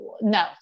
no